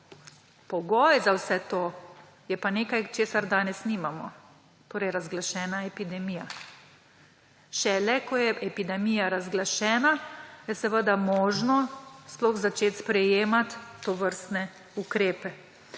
Pogoj za vse to je pa nekaj, česar danes nimamo, razglašena epidemija. Šele ko je epidemija razglašena, je sploh možno začeti sprejemati tovrstne ukrepe.